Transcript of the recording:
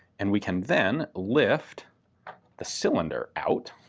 and we can then lift the cylinder out.